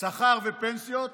שכר ופנסיות,